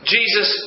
Jesus